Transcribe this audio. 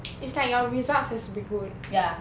it's time your results has to be good